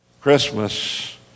Christmas